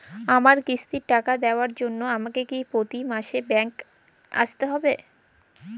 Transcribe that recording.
আমার কিস্তির টাকা দেওয়ার জন্য আমাকে কি প্রতি মাসে ব্যাংক আসতে হব?